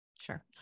Sure